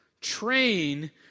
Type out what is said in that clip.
Train